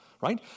right